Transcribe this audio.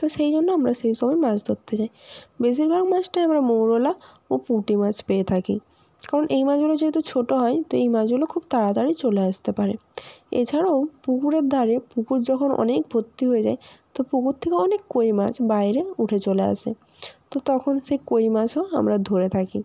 তো সেই জন্য আমরা সেই সময় মাছ ধরতে যাই বেশিরভাগ মাছটাই আমরা মৌরলা ও পুঁটি মাছ পেয়ে থাকি কারণ এই মাছগুলো যেহেতু ছোটো হয় তো এই মাছগুলো খুব তাড়াতাড়ি চলে আসতে পারে এছাড়াও পুকুরের ধারে পুকুর যখন অনেক ভর্তি হয়ে যায় তো পুকুর থেকে অনেক কই মাছ বাইরে উঠে চলে আসে তখন সেই কই মাছও আমরা ধরে থাকি